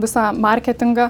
visą marketingą